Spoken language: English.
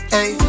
Hey